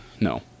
no